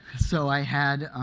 so i had